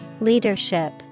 Leadership